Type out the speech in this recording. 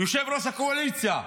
יושב-ראש הקואליציה,